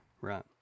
right